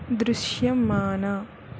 దృశ్యమాన